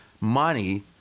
money